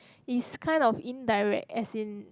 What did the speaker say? is kind of indirect as in